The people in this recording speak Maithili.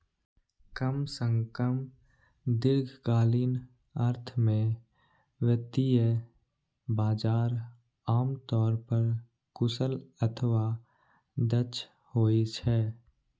कम सं कम दीर्घकालीन अर्थ मे वित्तीय बाजार आम तौर पर कुशल अथवा दक्ष होइ छै